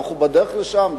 אנחנו בדרך לשם,